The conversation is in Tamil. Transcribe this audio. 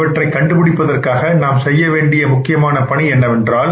இவற்றை கண்டுபிடிப்பதற்காக நாம் செய்ய வேண்டிய முக்கியமான பணி என்னவென்றால்